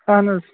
اَہَن حظ